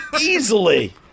Easily